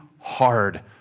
hard